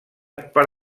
per